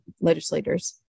legislators